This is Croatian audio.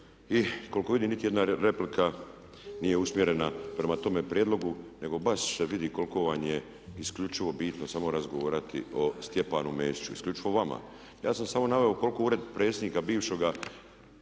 i koliko vidim niti jedna replika nije usmjerena prema tome prijedlogu nego baš se vidi koliko vam je isključivo bitno samo razgovarati o Stjepanu Mesiću, isključivo vama. Ja sam samo naveo koliko je ured predsjednika bivšega